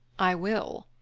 i will.